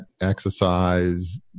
exercise